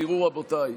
תראו, רבותיי,